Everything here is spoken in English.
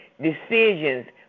decisions